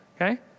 okay